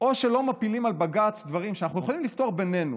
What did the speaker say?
או שלא מפילים על בג"ץ דברים שאנחנו יכולים לפתור בינינו.